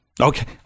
Okay